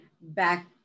back